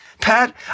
Pat